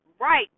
right